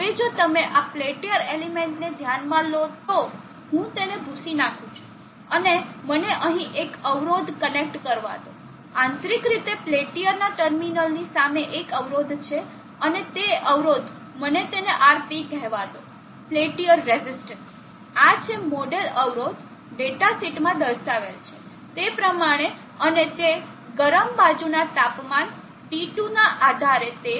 હવે જો તમે આ પેલ્ટીઅર એલિમેન્ટ ને ધ્યાનમાં લો તો હું તેને ભૂંસી નાખું છું અને મને અહીં એક અવરોધ કનેક્ટ કરવા દો આંતરિક રીતે પેલ્ટીયરના ટર્મિનલ્સની સામે એક અવરોધ છે અને તે અવરોધ મને તેને RP કહેવા દો પેલ્ટીયર રેઝિસ્ટન્સ આ છે મોડેલ અવરોધ ડેટા શીટમાં દર્શાવેલ છે તે પ્રમાણે અને તે ગરમ બાજુના તાપમાન T2 ના આધારે તે 0